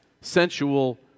sensual